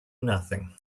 nothing